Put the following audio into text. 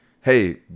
hey